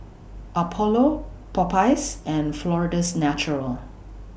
Apollo Popeyes and Florida's Natural